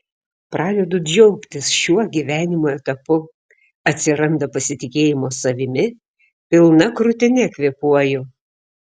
pradedu džiaugtis šiuo gyvenimo etapu atsiranda pasitikėjimo savimi pilna krūtine kvėpuoju